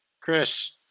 chris